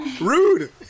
Rude